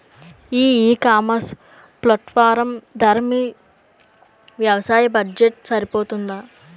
ఈ ecommerce platform ధర మీ వ్యవసాయ బడ్జెట్ సరిపోతుందా?